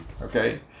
okay